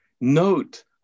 note